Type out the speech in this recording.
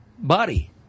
Body